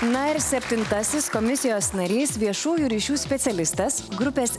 na ir septintasis komisijos narys viešųjų ryšių specialistas grupės